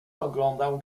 oglądał